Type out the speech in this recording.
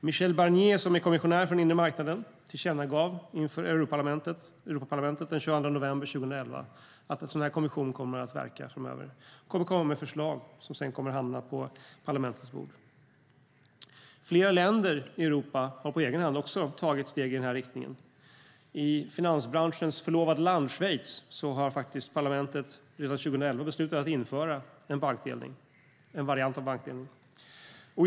Michel Barnier, som är kommissionär för den inre marknaden, tillkännagav inför Europaparlamentet den 22 november 2011 att en sådan här kommission kommer att verka framöver och komma med förslag som sedan kommer att hamna på parlamentets bord. Flera länder i Europa har på egen hand tagit steg i den här riktningen. I finansbranschens förlovade land Schweiz beslutade faktiskt parlamentet redan 2011 att införa en variant av bankdelning.